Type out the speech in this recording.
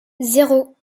zéro